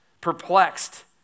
perplexed